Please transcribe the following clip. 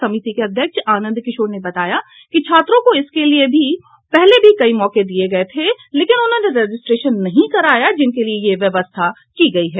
समिति के अध्यक्ष आनंद किशोर ने बताया कि छात्रों को इसके पहले भी कई मौके दिये गये थे लेकिन उन्होंने रजिस्ट्रेशन नहीं कराया है जिनके लिये यह व्यवस्था की गयी है